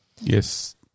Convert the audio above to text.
Yes